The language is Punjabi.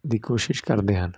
ਦੀ ਕੋਸ਼ਿਸ਼ ਕਰਦੇ ਹਨ